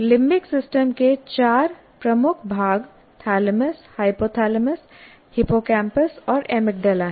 limbic system के चार प्रमुख भाग थैलेमस हाइपोथैलेमस हिप्पोकैम्पस और एमिग्डाला हैं